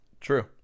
true